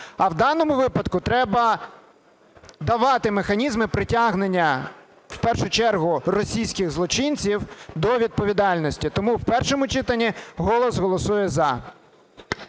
А в даному випадку треба давати механізми притягнення в першу чергу російських злочинців до відповідальності. Тому в першому читанні "Голос" голосує "за".